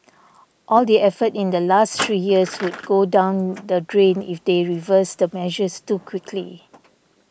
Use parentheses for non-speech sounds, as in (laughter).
all the effort in the last three years (noise) would go down the drain if they reverse the measures too quickly